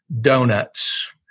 donuts